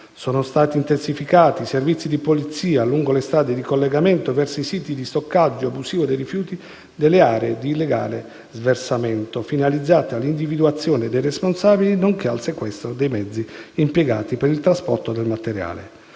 sono stati intensificati i servizi di polizia lungo le strade di collegamento verso i siti di stoccaggio abusivo dei rifiuti e nelle aree di illegale sversamento, finalizzati all'individuazione dei responsabili nonché al sequestro dei mezzi impiegati per il trasporto del materiale.